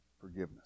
forgiveness